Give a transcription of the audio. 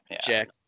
Jack